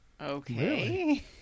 Okay